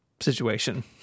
situation